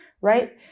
right